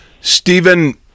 Stephen